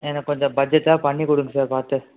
எனக்கு கொஞ்சம் பட்ஜெட்டாக பண்ணி கொடுங்க சார் பார்த்து